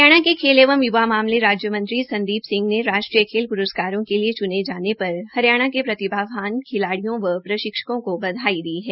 हरियाणा के खेल एवं य्वा मामले राज्य मंत्री संदीप सिंह ने राष्ट्रीय खेल प्रस्कारों के लिए चुने जाने हरियाणा के प्रतिभावान खिलाड़ियों व प्रशिक्षकों को बधाई दी है